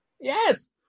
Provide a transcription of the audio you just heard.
Yes